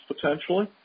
potentially